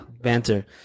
banter